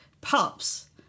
Pups